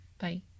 bye